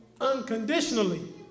unconditionally